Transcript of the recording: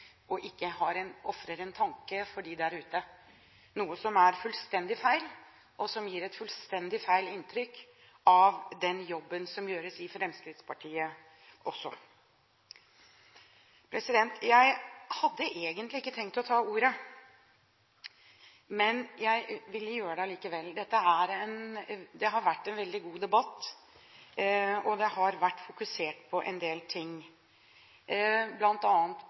og ikke ofrer dem der ute en tanke, noe som er fullstendig feil, og som gir et fullstendig feil inntrykk av den jobben som gjøres i Fremskrittspartiet også. Jeg hadde egentlig ikke tenkt å ta ordet, men jeg ville gjøre det likevel. Dette har vært en veldig god debatt. Det har vært fokusert på en del ting,